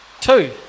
Two